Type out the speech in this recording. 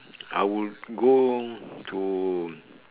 I would go to